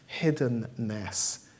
hiddenness